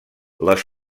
les